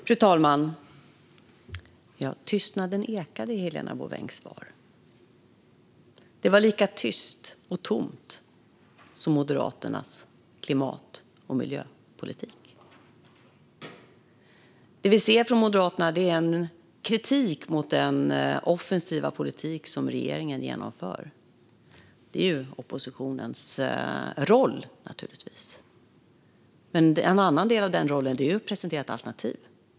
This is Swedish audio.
Fru talman! Tystnaden ekade i Helena Bouvengs svar. Det var lika tyst och tomt som Moderaternas klimat och miljöpolitik. Det vi ser från Moderaterna är en kritik mot den offensiva politik som regeringen genomför. Det är naturligtvis oppositionens roll, men en annan del av den rollen är att presentera ett alternativ.